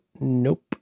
Nope